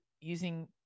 using